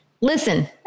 Listen